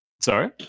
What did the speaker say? Sorry